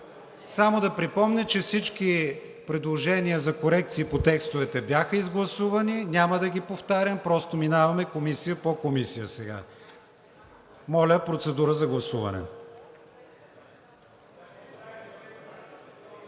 Само да припомня, че всички предложения за корекции по текстовете бяха изгласувани, няма да ги повтарям. Просто сега минаваме комисия по комисия. Гласували